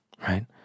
right